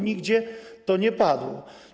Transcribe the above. Nigdzie to nie padło.